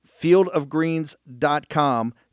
fieldofgreens.com